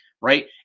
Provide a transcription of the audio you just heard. right